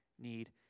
need